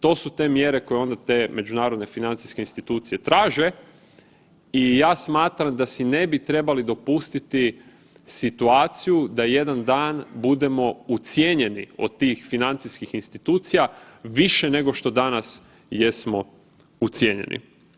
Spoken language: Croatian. To su te mjere koje onda te međunarodne financijske institucije traže i ja smatram da si ne bi trebali dopustiti situaciju da jedan dan budemo ucijenjeni od tih financijskih institucija više nego što danas jesmo ucijenjeni.